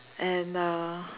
and uh